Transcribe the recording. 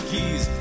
Keys